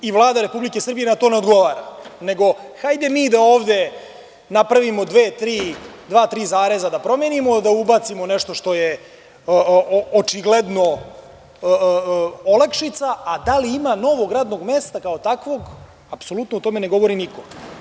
I Vlada Republike Srbije na to ne odgovora, nego hajde mi da ovde napravimo dva, tri zareza da promenimo, da ubacimo nešto što je očigledno olakšica, a da li ima novog radnog mesta, kao takvog, apsolutno o tome ne govori niko.